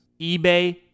eBay